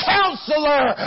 Counselor